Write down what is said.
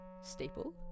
staple